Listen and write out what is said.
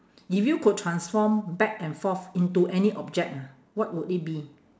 if you could transform back and forth into any object ah what would it be